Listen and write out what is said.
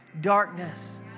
darkness